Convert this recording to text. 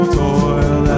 toil